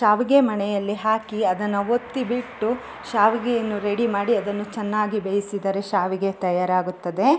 ಶಾವಿಗೆ ಮಣೆಯಲ್ಲಿ ಹಾಕಿ ಅದನ್ನು ಒತ್ತಿ ಬಿಟ್ಟು ಶಾವಿಗೆಯನ್ನು ರೆಡಿ ಮಾಡಿ ಅದನ್ನು ಚೆನ್ನಾಗಿ ಬೇಯಿಸಿದರೆ ಶಾವಿಗೆ ತಯಾರಾಗುತ್ತದೆ